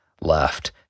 left